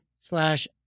slash